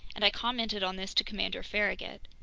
and i commented on this to commander farragut.